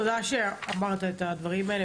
תודה שאמרת את הדברים האלה,